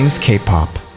K-pop